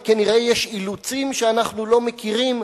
וכנראה יש אילוצים שאנחנו לא מכירים.